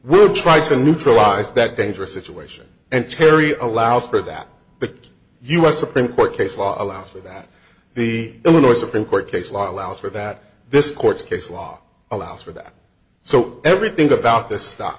would try to neutralize that dangerous situation and terry allows for that the u s supreme court case law allows for that the illinois supreme court case law allows for that this court's case law allows for that so everything about the st